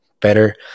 better